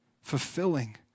fulfilling